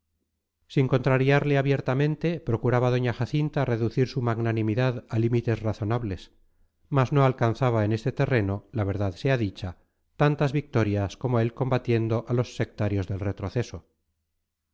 limosna sin contrariarle abiertamente procuraba doña jacinta reducir su magnanimidad a límites razonables mas no alcanzaba en este terreno la verdad sea dicha tantas victorias como él combatiendo a los sectarios del retroceso